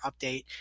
update